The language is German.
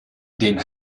den